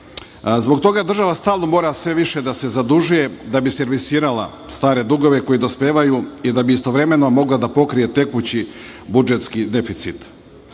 Zbog toga država stalno mora sve više da se zadužuje da bi servisirala stare dugove koji dospevaju i da bi istovremeno mogla da pokrije tekući budžetski deficit.